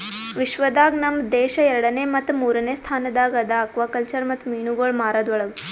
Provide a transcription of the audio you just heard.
ವಿಶ್ವ ದಾಗ್ ನಮ್ ದೇಶ ಎರಡನೇ ಮತ್ತ ಮೂರನೇ ಸ್ಥಾನದಾಗ್ ಅದಾ ಆಕ್ವಾಕಲ್ಚರ್ ಮತ್ತ ಮೀನುಗೊಳ್ ಮಾರದ್ ಒಳಗ್